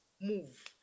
Move